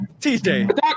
TJ